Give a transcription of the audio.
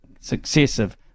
successive